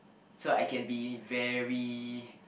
so I can be very